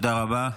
תודה רבה.